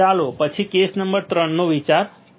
ચાલો પછી case number 3 નો વિચાર કરીએ